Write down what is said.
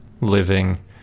living